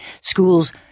schools